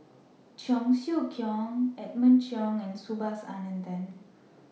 Cheong Siew Keong Edmund Cheng and Subhas Anandan